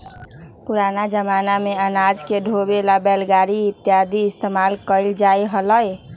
पुराना जमाना में अनाज के ढोवे ला बैलगाड़ी इत्यादि के इस्तेमाल कइल जा हलय